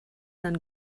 dann